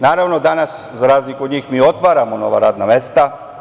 Naravno danas, za razliku od njih, mi otvaramo nova radna mesta.